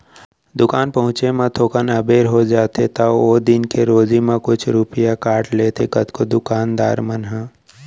दुकान पहुँचे म थोकन अबेर हो जाथे त ओ दिन के रोजी म कुछ रूपिया काट लेथें कतको दुकान दान मन ह